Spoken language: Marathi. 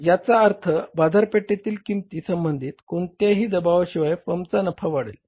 याचा अर्थ बाजारपेठेतील किंमती संबंधी कोणत्याही दबावा शिवाय फर्मचा नफा वाढेल